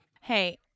Hey